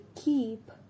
keep